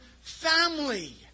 family